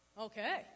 Okay